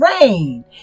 rain